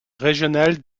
régional